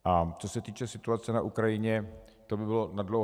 A co se týče situace na Ukrajině, to by bylo nadlouho.